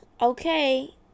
okay